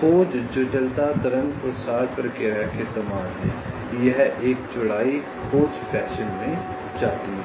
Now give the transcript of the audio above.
खोज जटिलता तरंग प्रसार प्रक्रिया के समान है यह एक चौड़ाई खोज फैशन में जाती है